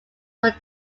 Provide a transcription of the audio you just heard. were